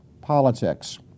politics